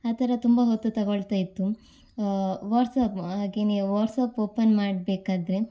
ಆ ಥರ ತುಂಬ ಹೊತ್ತು ತಗೊಳ್ತಾ ಇತ್ತು ವಾಟ್ಸಪ್ ಹಾಗೇನೆ ವಾಟ್ಸಪ್ ಓಪನ್ ಮಾಡಬೇಕಾದ್ರೆ